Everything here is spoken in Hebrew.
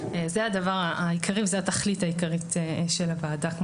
זה הדבר העיקרי וזה התכלית העיקרית של הוועדה.